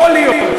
יכול להיות,